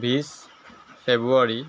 বিছ ফেব্ৰুৱাৰী